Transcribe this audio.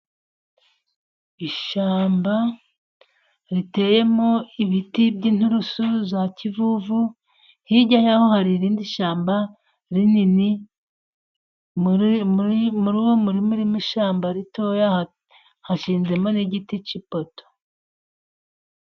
Ishyamba riteyemo ibiti by'inturusu za kivuvu, hirya y'aho hari irindi shyamba rinini, muri uwo murima urimo ishyamba ritoya , hashinzemo n'igiti k'ipoto.